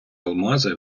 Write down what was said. алмази